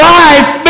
life